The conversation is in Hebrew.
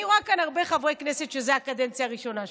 אני רואה הרבה חברי כנסת שזאת הקדנציה הראשונה שלהם,